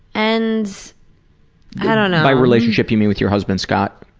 and by relationship you mean with your husband, scott?